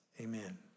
Amen